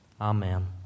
amen